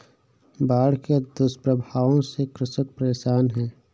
बाढ़ के दुष्प्रभावों से कृषक परेशान है